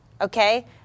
okay